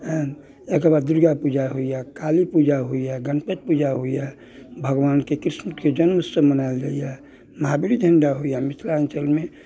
एहिके बाद दुर्गापूजा होइया काली पूजा होइया गणपति पूजा होइया भगवानकेँ कृष्णकेँ जन्म उत्सव मनायल जाइया महावीर झण्डा होइया मिथिलाञ्चलमे